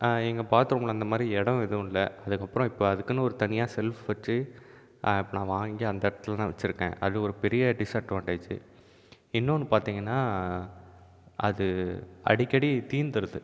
எங்கள் பாத்ரூமில் அந்த மாதிரி இடம் எதுவும் இல்லை அதுக்கப்புறம் இப்போ அதுக்குன்னு ஒரு தனியாக ஷெல்ஃப் வெச்சி இப்போ நான் வாங்கி அந்த இடத்துல தான் வெச்சிருக்கன் அது ஒரு பெரிய டிஸ்அட்வான்டேஜ் இன்னொன்று பார்த்தீங்கன்னா அது அடிக்கடி தீர்ந்துடுது